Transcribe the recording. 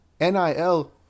NIL